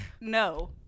no